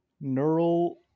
neural